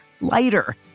lighter